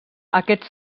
aquest